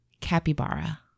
capybara